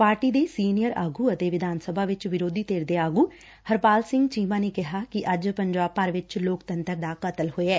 party ਦੇ senior ਆਗ ਅਤੇ ਵਿਧਾਨ ਸਭਾ ਵਿਚ ਵਿਰੋਧੀ ਧਿਰ ਦੇ ਆਗ ਹਰਪਾਲ ਸਿੰਘ ਚੀਮਾ ਨੇ ਕਿਹੈ ਕਿ ਅੱਜ ਪੰਜਾਬ ਭਰ ਵਿਚ ਲੋਕਤੰਤਰ ਦਾ ਕਤਲ ਹੋਇਐ